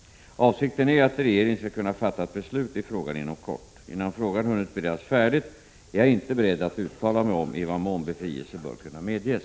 Avsikten är att regeringen skall kunna fatta ett beslut i frågan inom kort. Innan frågan hunnit beredas färdigt är jag inte beredd att uttala mig om i vad mån befrielse bör kunna medges.